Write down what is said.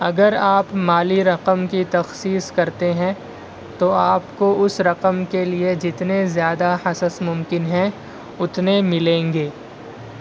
اگر آپ مالی رقم کی تخصیص کرتے ہیں تو آپ کو اس رقم کے لیے جتنے زیادہ حصص ممکن ہیں اتنے ملیں گے